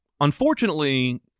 Unfortunately